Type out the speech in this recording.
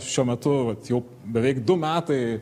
šiuo metu jau beveik du metai